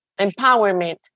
empowerment